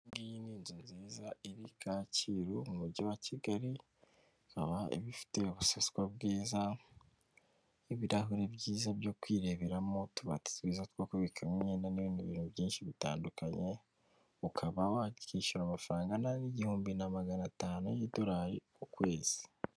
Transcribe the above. Iyi ni inzu nziza iri kacyiru mu umujyi wa kigali, ikaba ibifite ubuseswa bwiza n'ibirahuri byiza byo kwireberamo , utubati twiza two kubikamo imyenda n'ibindi bintu byinshi bitandukanye , ukaba wakishyura amafaranga angana n'igihumbi na magana atanu y'idolari ku kwezi.